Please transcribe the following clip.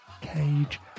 Cage